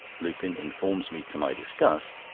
lupin informs me, to my disgust,